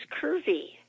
curvy